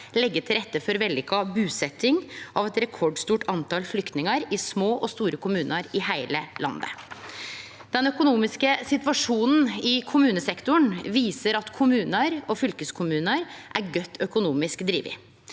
leggje til rette for vellykka busetting av eit rekordstort tal flyktningar i små og store kommunar i heile landet. Den økonomiske situasjonen i kommunesektoren viser at kommunar og fylkeskommunar er godt økonomisk drivne.